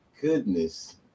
goodness